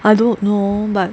I don't know but